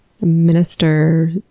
minister